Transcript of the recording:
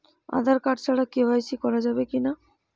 Aadhaar card ছাড়া KYC করা যাবে কি না?